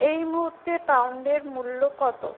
এই মুহুর্তে পাউন্ডের মূল্য কত